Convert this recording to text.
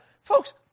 Folks